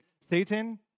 Satan